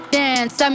dance